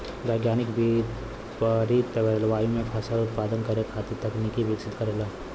वैज्ञानिक विपरित जलवायु में फसल उत्पादन करे खातिर तकनीक विकसित करेलन